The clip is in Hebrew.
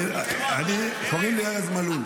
--- אני, קוראים לי ארז מלול.